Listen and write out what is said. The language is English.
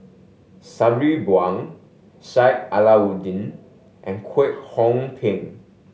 Sabri Buang Sheik Alau'ddin and Kwek Hong Png